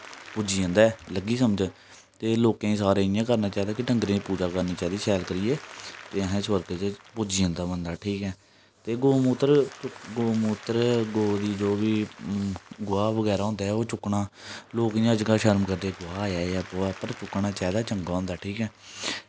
पुज्जी जंदा ऐ लग्गी समझ ते लोकें सारे इ'यां करना चाहिदा डंगरे दी पूजा करनी चाहिदी शैल करियै ते ऐहें स्वर्ग च पुज्जी जंदा बंदा ठीक ऐ ते गौऽ मूत्र गौऽ मूत्र गौऽ दी जो बी गोहा बगैरा होंदा ऐ ओह् चुक्कना लोक इ'यां अज्ज कल शर्म करदे गोहा ऐ गोहा चुक्कना चाहिदा चंगा होंदा ठीक ऐ